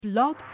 Blog